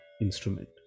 instrument